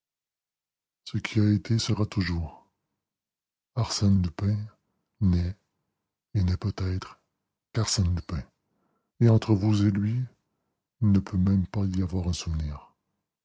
ce qui a été sera toujours arsène lupin n'est et ne peut être qu'arsène lupin et entre vous et lui il ne peut même pas y avoir un souvenir